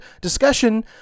discussion